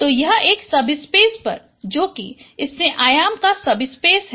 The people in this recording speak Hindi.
तो यह एक सबस्पेस पर जो कि इसमें आयाम का सबस्पेस है